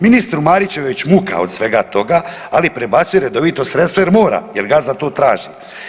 Ministru Mariću je već muka od svega toga ali prebacuje redovito sredstva jer mora, jer gazda to traži.